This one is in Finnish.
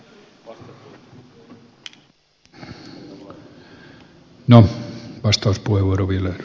arvoisa puhemies